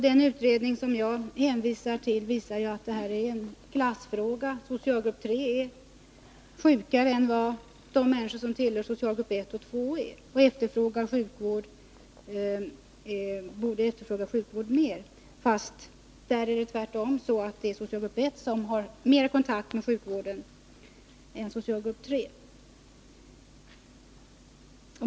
Den utredning som jag hänvisade till visar att detta är en klassfråga. De som tillhör socialgrupp 3 är sjukare än de människor som tillhör socialgrupp 1 och 2 är och borde efterfråga sjukvård mer. Men här är det tvärtom så att socialgrupp 1 har mer kontakt med sjukvården än socialgrupp 3.